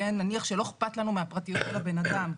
נניח שלא אכפת לנו מהפרטיות של הבן אדם.